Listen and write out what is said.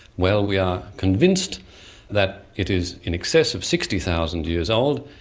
well, we are convinced that it is in excess of sixty thousand years old,